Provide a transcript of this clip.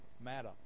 matter